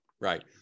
Right